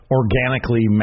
organically